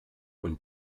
und